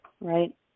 right